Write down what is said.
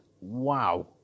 wow